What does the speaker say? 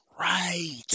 right